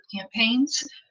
campaigns